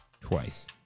twice